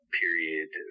period